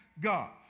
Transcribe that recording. God